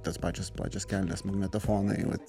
tos pačios plačios kelnės magnetofonai vat